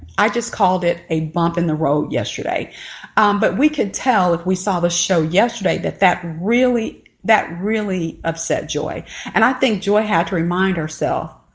i just called it a bump in the road yesterday but we could tell if we saw the show yesterday that that really that really upset julie and i think joy had to remind herself.